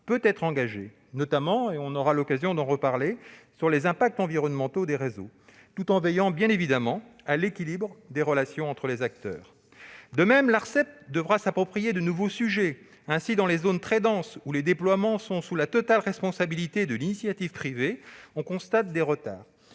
peut être engagée, notamment sur les impacts environnementaux des réseaux, tout en veillant bien évidemment à l'équilibre des relations entre les acteurs. De même, l'Arcep devra s'approprier de nouveaux sujets. Ainsi, dans les zones très denses où les déploiements sont sous la totale responsabilité de l'initiative privée, on constate des retards